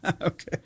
Okay